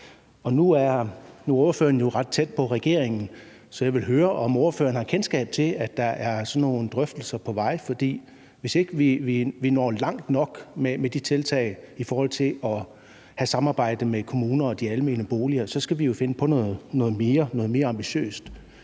Nu er ordføreren jo ret tæt på regeringen, så jeg vil høre, om ordføreren har kendskab til, at der er sådan nogle drøftelser på vej. For hvis ikke vi når langt nok med de tiltag i forhold til at have samarbejde med kommuner og de almene boligselskaber, så skal vi jo finde på noget mere, noget